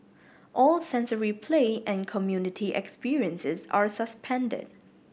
all sensory play and community experiences are suspended